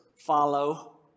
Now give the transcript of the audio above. follow